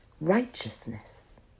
righteousness